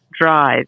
drive